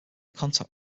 contact